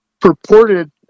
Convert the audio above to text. purported